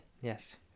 yes